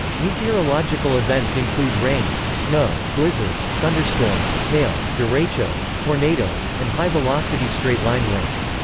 meteorological events include rain, snow, blizzards, thunderstorms, hail, derechos, tornadoes, and high-velocity straight-line winds.